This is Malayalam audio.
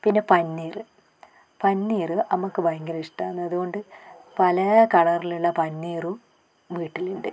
പിന്നെ പനിനീർ പനിനീർ അമ്മയ്ക്ക് ഭയങ്കര ഇഷ്ടമാണ് അതുകൊണ്ട് പല കളറിലുള്ള പനിനീറും വീട്ടിലുണ്ട്